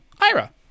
Ira